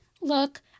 look